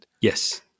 Yes